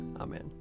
Amen